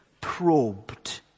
probed